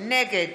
נגד